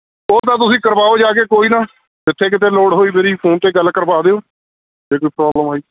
ਉਹ ਤਾਂ ਤੁਸੀਂ ਕਰਵਾਓ ਜਾ ਕੇ ਕੋਈ ਨਾ ਜਿੱਥੇ ਕਿਤੇ ਲੋੜ ਹੋਈ ਮੇਰੀ ਫੋਨ 'ਤੇ ਗੱਲ ਕਰਵਾ ਦਿਓ ਜੇ ਕੋਈ ਪ੍ਰੋਬਲਮ ਆਈ